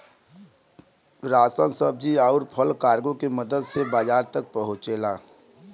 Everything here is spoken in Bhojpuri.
राशन सब्जी आउर फल कार्गो के मदद से बाजार तक पहुंचला